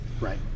right